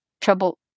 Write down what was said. trouble